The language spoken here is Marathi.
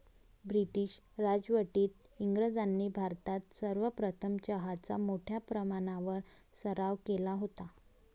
ब्रिटीश राजवटीत इंग्रजांनी भारतात सर्वप्रथम चहाचा मोठ्या प्रमाणावर सराव केला होता